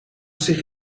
zich